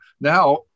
Now